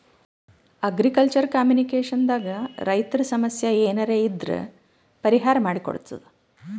agriculture communication ದಾಗ್ ರೈತರ್ ಸಮಸ್ಯ ಏನರೇ ಇದ್ರ್ ಪರಿಹಾರ್ ಮಾಡ್ ಕೊಡ್ತದ್